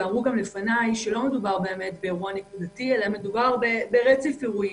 ואמרו גם לפני שלא מדובר באירוע נקודתי אלא מדובר ברצף אירועים.